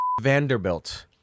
Vanderbilt